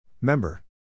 Member